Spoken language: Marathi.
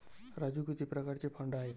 राजू किती प्रकारचे फंड आहेत?